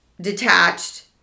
detached